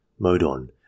Modon